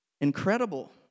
Incredible